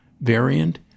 variant